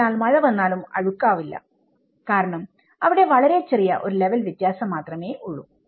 അതിനാൽ മഴ വന്നാലും അഴുക്കാവില്ല കാരണം അവിടെ വളരെ ചെറിയ ഒരു ലെവൽ വ്യത്യാസമേ ഉള്ളൂ